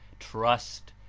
trust,